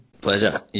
Pleasure